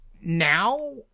now